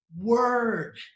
word